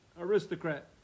aristocrat